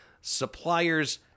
suppliers